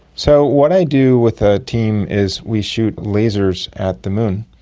so what i do with the team is we shoot lasers at the moon,